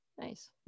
nice